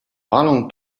palą